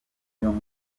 bituma